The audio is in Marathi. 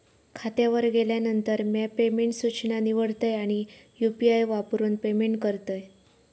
खात्यावर गेल्यानंतर, म्या पेमेंट सूचना निवडतय आणि यू.पी.आई वापरून पेमेंट करतय